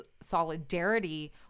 solidarity